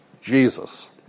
Jesus